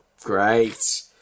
great